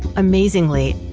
amazingly,